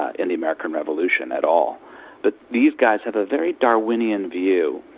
ah in the american revolution, at all but these guys have a very darwinian view,